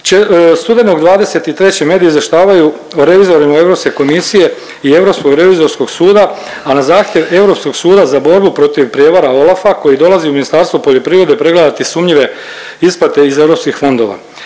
Studenog 2023. mediji izvještavaju o revizorima Europske komisije i Europskog revizorskog suda, a na zahtjev Europskog suda za borbu protiv prijevara OLAF-a koji dolazi u Ministarstvo poljoprivrede pregledati sumnjive isplate iz europskih fondova